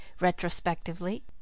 retrospectively